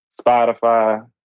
Spotify